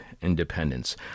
Independence